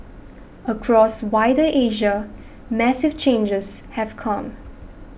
across wider Asia massive changes have come